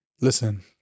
listen